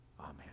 Amen